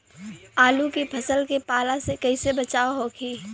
आलू के फसल के पाला से कइसे बचाव होखि?